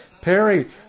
Perry